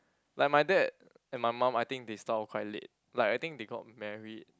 like my dad and my mum I think they start off quite late like I think they got married